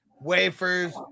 wafers